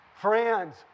friends